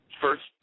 First